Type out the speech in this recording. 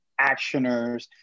actioners